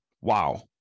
wow